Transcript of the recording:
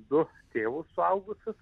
du tėvus suaugusius